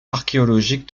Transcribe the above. archéologique